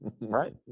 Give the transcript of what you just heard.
Right